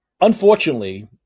Unfortunately